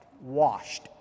Washed